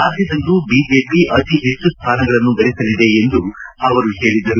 ರಾಜ್ಜದಲ್ಲೂ BJP ಅತಿ ಹೆಚ್ಚು ಸ್ವಾನಗಳನ್ನು ಗಳಿಸಲಿದೆ ಎಂದು ಹೇಳಿದರು